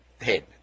head